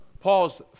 Paul's